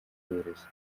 y’uburezi